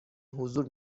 حضور